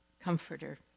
comforter